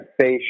face